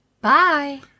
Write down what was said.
Bye